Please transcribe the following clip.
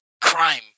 Crime